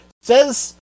says